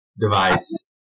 device